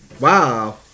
Wow